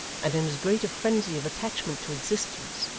and in as great a frenzy of attachment to existence,